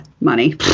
money